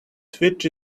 switch